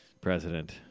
president